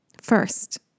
First